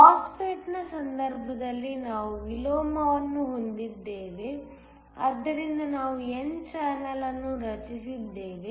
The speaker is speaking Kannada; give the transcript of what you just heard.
MOSFET ನ ಸಂದರ್ಭದಲ್ಲಿ ನಾವು ವಿಲೋಮವನ್ನು ಹೊಂದಿದ್ದೇವೆ ಆದ್ದರಿಂದ ನಾವು n ಚಾನೆಲ್ ಅನ್ನು ರಚಿಸಿದ್ದೇವೆ